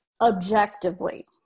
objectively